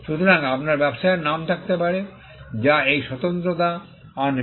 সুতরাং আপনার ব্যবসায়ের নাম থাকতে পারে যা এই স্বতন্ত্রতা আনবে